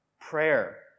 Prayer